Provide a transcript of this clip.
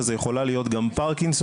וזה יכול להיות גם פרקינסון,